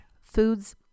foods